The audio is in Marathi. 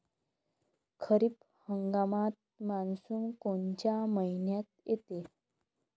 खरीप हंगामात मान्सून कोनच्या मइन्यात येते?